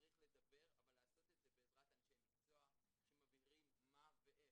צריך לדבר אבל לעשות את זה בעזרת אנשי מקצוע שמבהירים מה ואיך.